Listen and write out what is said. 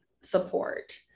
support